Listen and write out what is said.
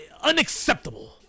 unacceptable